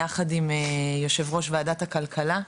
יחד עם יו"ר ועדת הכלכלה,